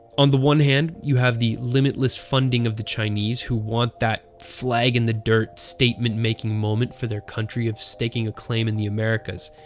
on the one hand, you have the limitless funding of the chinese who want that flag-in-the-dirt, statement-making moment for their country of staking a claim in the americas.